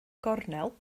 gornel